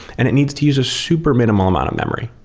and it needs to uses super minimal amount of memory,